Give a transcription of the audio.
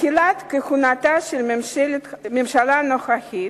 בתחילת כהונתה של הממשלה הנוכחית.